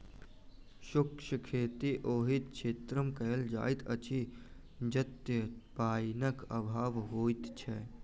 शुष्क खेती ओहि क्षेत्रमे कयल जाइत अछि जतय पाइनक अभाव होइत छै